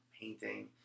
painting